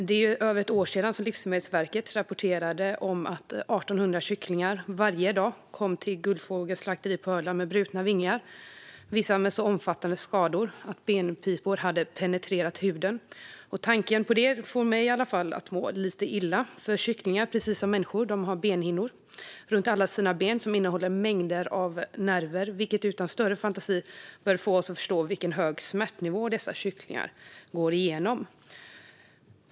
Det är över ett år sedan Livsmedelsverket rapporterade att 1 800 kycklingar varje dag kom till Guldfågels slakteri på Öland med brutna vingar, vissa med så omfattande skador att benpipor hade penetrerat huden. Tanken på det får i alla fall mig att må lite illa eftersom kycklingar precis som människor har benhinnor runt alla ben som innehåller mängder av nerver, vilket utan att kräva någon större fantasi bör få oss att förstå vilken hög nivå av smärta dessa kycklingar går igenom.